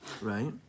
right